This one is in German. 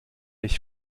ich